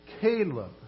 Caleb